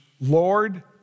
Lord